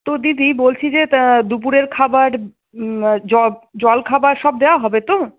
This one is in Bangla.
তো দিদি বলছি যে দুপুরের খাবার জব জলখাবার সব দেওয়া হবে তো